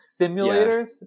simulators